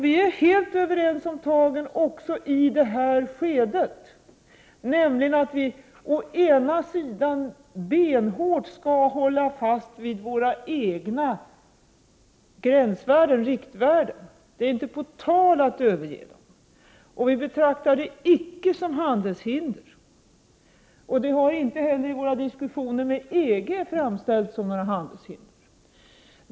Vi är helt överens om tillvägagångssättet också i detta skede, nämligen att vi benhårt skall hålla fast vid våra egna riktvärden för en gräns. Det är inte fråga om att vi skall överge dem. Vi betraktar det icke som ett handelshinder. Det har inte heller i våra diskussioner med EG framställts som något handelshinder.